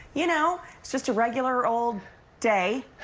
you know just a regular old day.